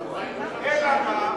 אלא מה?